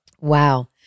Wow